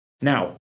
Now